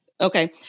Okay